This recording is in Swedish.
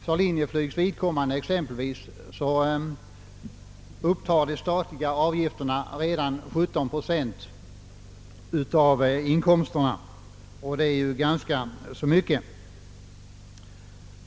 För Linjeflygs vidkommande exempelvis upptar de statliga avgifterna 17 procent av inkomsterna, och det är ju ganska mycket.